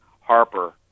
Harper